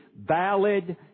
valid